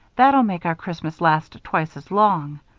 that'll make our christmas last twice as long.